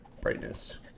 brightness